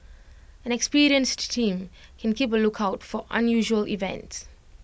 an experienced team can keep A lookout for unusual events